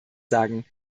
sagen